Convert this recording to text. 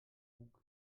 bug